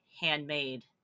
handmade